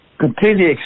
completely